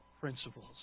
principles